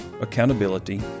accountability